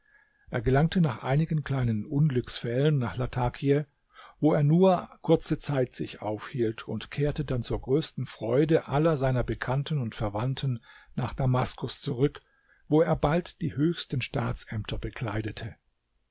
er gelangte nach einigen kleinen unglücksfällen nach latakie wo er nur kurze zeit sich aufhielt und kehrte dann zur größten freude aller seiner bekannten und verwandten nach damaskus zurück wo er bald die höchsten staatsämter bekleidete